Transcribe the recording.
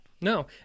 No